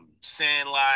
Sandlot